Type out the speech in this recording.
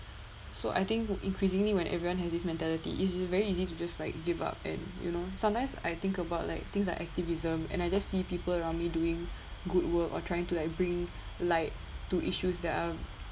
so I think who increasingly when everyone has this mentality is it very easy to just like give up and you know sometimes I think about like things are activism and I just see people around me doing good work or trying to like bring like to issues that are